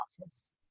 office